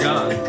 God